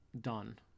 done